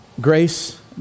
grace